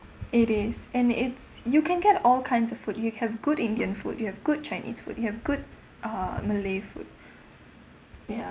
it is and it's you can get all kinds of food you have good indian food you have good chinese food you have good uh malay food ya